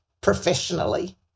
professionally